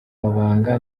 mabanga